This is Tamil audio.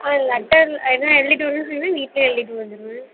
ஆ லெட்டர்ல என்ன எழுதிட்டு வரணும்னு சொன்னிங்கனா வீட்டிலயே எழுதிட்டு வந்திருவேன்